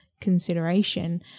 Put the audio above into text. consideration